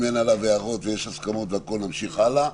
אם אין עליו הערות ויש הסכמות נמשיך הלאה.